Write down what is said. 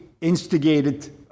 instigated